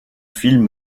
film